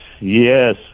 Yes